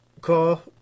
call